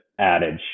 adage